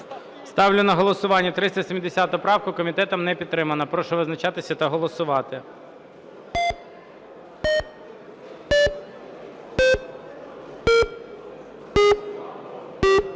Ставлю на голосування 414 правку. Комітетом не підтримана. Прошу визначатися та голосувати.